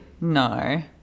No